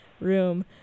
room